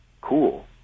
cool